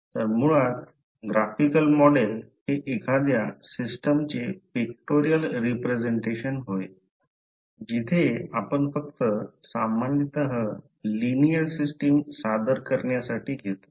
तर मुळात graphical model हे एखाद्या सिस्टमचे पिकटोरिअल रिप्रसेंटेशन होय जिथे आपण फक्त सामान्यत लिनिअर सिस्टम सादर करणासाठी घेतो